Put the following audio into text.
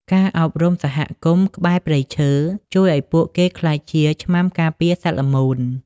ការអប់រំសហគមន៍ក្បែរព្រៃឈើ ជួយឱ្យពួកគេក្លាយជាឆ្មាំការពារសត្វល្មូន។